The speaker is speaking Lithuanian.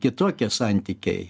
kitokie santykiai